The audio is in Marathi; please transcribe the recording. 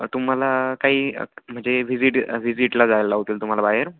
तुम्हाला काही म्हणजे व्हिजिट व्हिजिटला जायला लावतील तुम्हाला बाहेर